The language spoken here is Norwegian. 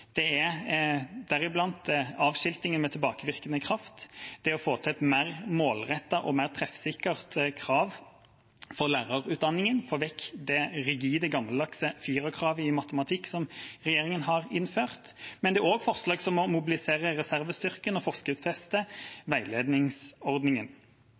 deriblant avskiltingen med tilbakevirkende kraft, det å få til et mer målrettet og mer treffsikkert krav for lærerutdanningen og få vekk det rigide gammeldagse firerkravet i matematikk, som regjeringa har innført. Det er også forslag som å mobilisere reservestyrken og